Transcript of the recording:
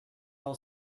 all